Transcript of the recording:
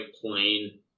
plain